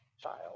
child